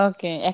Okay